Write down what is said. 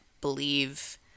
believe